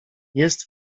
jest